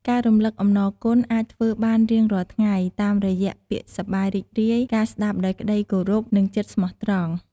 ការរំលឹកអំណរគុណអាចធ្វើបានរៀងរាល់ថ្ងៃ តាមរយៈពាក្យសប្បាយរីករាយ ការស្តាប់ដោយក្តីគោរព និងចិត្តស្មោះត្រង់។